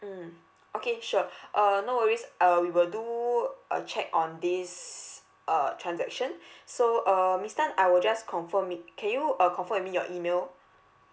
mm okay sure uh no worries uh we will do a check on this uh transaction so uh miss tan I will just confirm m~ can you uh confirm with me your email